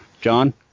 John